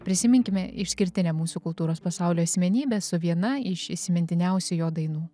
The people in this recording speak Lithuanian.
prisiminkime išskirtinę mūsų kultūros pasaulio asmenybę su viena iš įsimintiniausių jo dainų